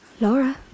Laura